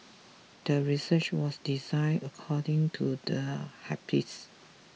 the research was designed according to the hypothesis